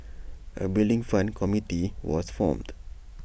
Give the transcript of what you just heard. A Building Fund committee was formed